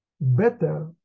better